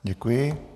Děkuji.